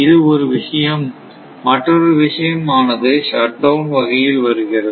இது ஒரு விஷயம் மற்றொரு விஷயம் ஆனது ஷட்டோன் வகையில் வருகிறது